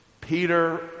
Peter